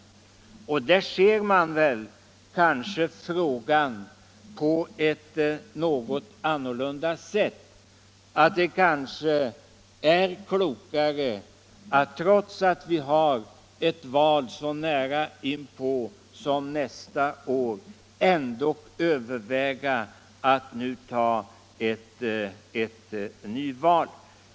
I dessa fackliga led ser man kanske frågan på ett något annorlunda sätt och säger sig att det kanske trots allt är klokare att fastän vi har ett val så nära inpå som nästa år överväga att nu ta ett nyval.